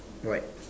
white